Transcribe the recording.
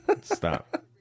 Stop